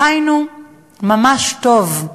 חיינו ממש טוב.